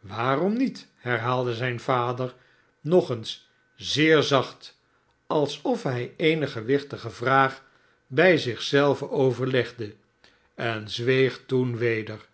waarom miet herhaalde zijn vader nog eens zeer zacht alsof hij eene gewichtige vraag bij zich zelven overlegde en zweeg toen weder